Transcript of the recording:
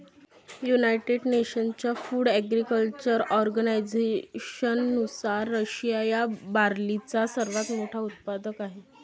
United नेशन्सच्या food agriculture ऑर्गनायझेशननुसार, Russia हा बार्लीचा सर्वात मोठा उत्पादक आहे